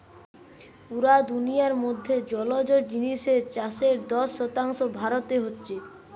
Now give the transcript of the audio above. পুরা দুনিয়ার মধ্যে জলজ জিনিসের চাষের দশ শতাংশ ভারতে হচ্ছে